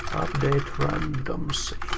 update random. so